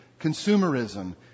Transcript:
consumerism